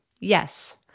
Yes